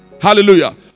Hallelujah